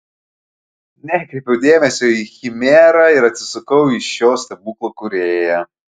nekreipiau dėmesio į chimerą ir atsisukau į šio stebuklo kūrėją